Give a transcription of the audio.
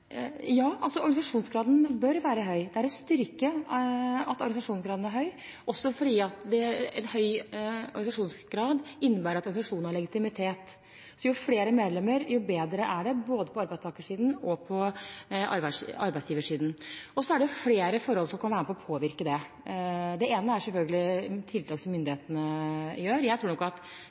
Ja, organisasjonsgraden bør være høy. Det er en styrke at organisasjonsgraden er høy, også fordi høy organisasjonsgrad innebærer at organisasjonene har legitimitet. Jo flere medlemmer, jo bedre er det både på arbeidstakersiden og på arbeidsgiversiden. Og så er det flere forhold som kan være med på å påvirke det. Det ene er selvfølgelig tiltak som myndighetene gjør. Jeg tror nok at